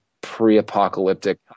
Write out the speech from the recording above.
pre-apocalyptic